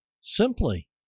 Simply